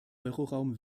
euroraum